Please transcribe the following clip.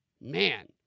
Man